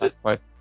twice